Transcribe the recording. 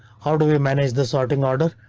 how do we manage the sorting order?